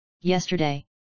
yesterday